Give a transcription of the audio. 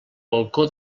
balcó